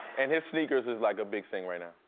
and his sneakers is like a big thing right now.